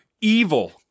Evil